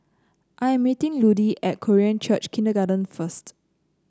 I am meeting Ludie at Korean Church Kindergarten first